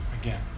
Again